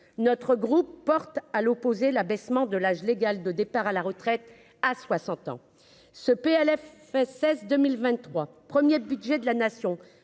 notre groupe porte à l'opposé, l'abaissement de l'âge légal de départ à la retraite à 60 ans ce PLFSS 2023 1er budget de la nation